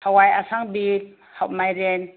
ꯍꯋꯥꯏ ꯑꯁꯥꯡꯕꯤ ꯃꯥꯏꯔꯦꯟ